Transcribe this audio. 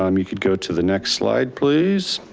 um you could go to the next slide please.